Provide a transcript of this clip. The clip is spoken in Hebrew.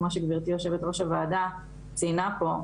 כמו שגברתי יושבת ראש הוועדה ציינה פה,